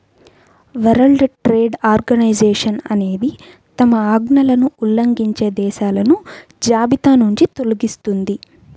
world trade organisation అనేది తమ ఆజ్ఞలను ఉల్లంఘించే దేశాలను జాబితానుంచి తొలగిస్తుంది